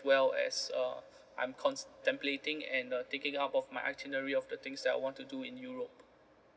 well as uh I'm contemplating and err thinking up of my itinerary of the things that I want to do in europe